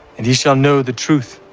and ye shall know the truth,